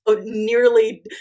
nearly